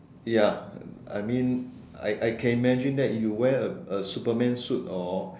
ya I mean I I can imagine that you wear a a Superman suit or